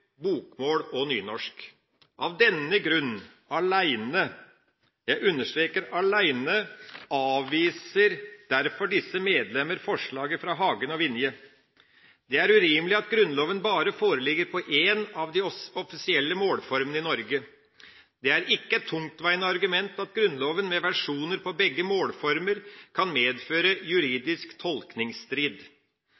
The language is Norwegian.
bokmål og nynorsk. Av denne grunn alene – jeg understreker alene – avviser derfor disse medlemmer forslaget fra Hagen og Vinje. Det er urimelig at Grunnloven bare foreligger på en av de offisielle målformene i Norge. Det er ikke et tungtveiende argument at Grunnloven med versjoner på begge målformer kan medføre